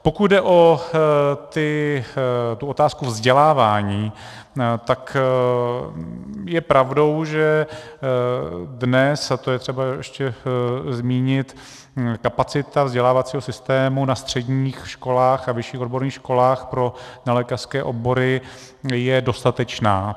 Pokud jde o otázku vzdělávání, je pravdou, že dnes, a to je třeba ještě zmínit, kapacita vzdělávacího systému na středních školách a vyšších odborných školách pro nelékařské obory je dostatečná.